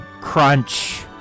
crunch